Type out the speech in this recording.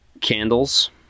Candles